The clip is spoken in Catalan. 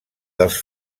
dels